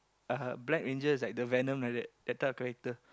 (uh huh) black ranger is like the venom like that that type of character